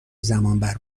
زمانبر